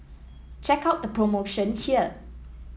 check out the promotion here